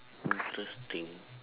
useless thing